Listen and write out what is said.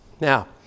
Now